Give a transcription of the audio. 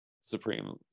Supreme